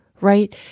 Right